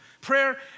prayer